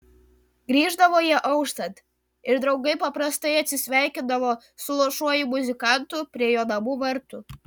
grįždavo jie auštant ir draugai paprastai atsisveikindavo su luošuoju muzikantu prie jo namų vartų